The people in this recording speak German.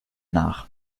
nach